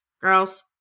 girls